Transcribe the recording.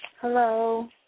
Hello